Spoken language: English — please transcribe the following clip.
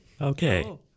Okay